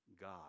God